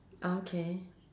okay